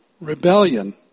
rebellion